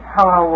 Hello